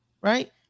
Right